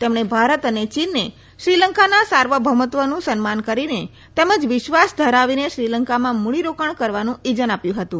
તેમણે ભારત અને ચીનને શ્રીલંકાના સાર્વભૌમત્વનું સન્માન કરીને તેમજ વિશ્વાસ ધરાવીને શ્રીલંકામાં મુડી રોકાણ કરવાનું ઇજન આપ્યું હતું